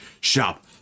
shop